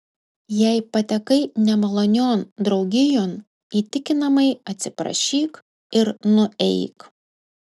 jei patekai nemalonion draugijon įtikinamai atsiprašyk ir nueik